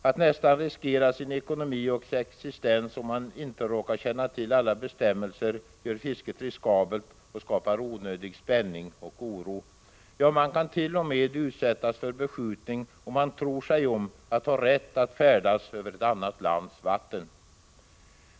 Att nästan riskera sin ekonomi och existens om man inte råkar känna till alla bestämmelser gör fisket riskabelt och skapar onödig spänning och oro. Ja, man kan t.o.m. utsättas för beskjutning om man tror sig ha rätt att färdas över ett annat lands vatten.